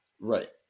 Right